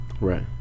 right